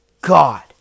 God